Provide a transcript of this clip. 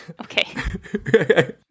okay